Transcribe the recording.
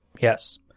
yes